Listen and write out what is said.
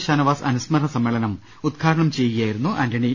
ഷാനവാസ് അനുസ്മരണ സമ്മേ ളനം ഉദ്ഘാടനം ചെയ്യുകയായിരുന്നു ആന്റണി